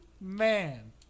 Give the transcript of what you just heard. Man